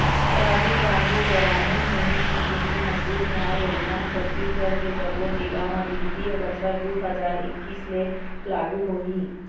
राजीव गांधी गरामीन भूमिहीन कृषि मजदूर न्याय योजना ह छत्तीसगढ़ के सब्बो जिला म बित्तीय बछर दू हजार एक्कीस ले लागू होही